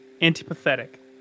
antipathetic